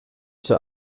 zur